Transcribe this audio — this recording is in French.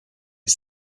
est